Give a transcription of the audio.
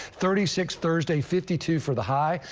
thirty six thursday, fifty two for the high,